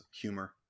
humor